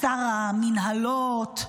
שר המינהלות,